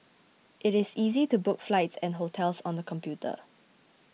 it is easy to book flights and hotels on the computer